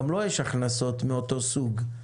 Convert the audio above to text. גם לו יש הכנסות מאותו סוג.